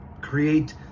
create